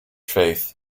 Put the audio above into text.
faith